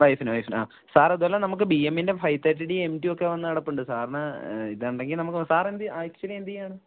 വൈഫിന് വൈഫിന് ah sir അതുപോലെ നമുക്ക് ബി എമ്മിൻ്റെ five thirty D M two ഒക്കെ വന്നുകിടപ്പുണ്ട് സാറിന് ഇതുണ്ടെങ്കില് നമുക്ക് സാര് എന്ത് ആക്ച്വലി എന്തു ചെയ്യുകയാണ്